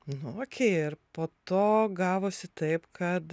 nu okei ir po to gavosi taip kad